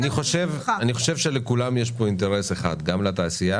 אני חושב שלכולם פה יש אינטרס אחד גם לתעשייה,